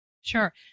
Sure